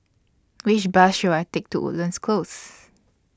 Which Bus should I Take to Woodlands Close